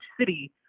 city